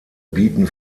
bieten